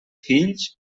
fills